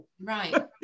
Right